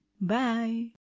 Bye